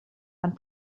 and